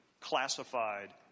classified